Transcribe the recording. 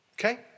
Okay